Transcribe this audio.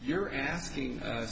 you're asking u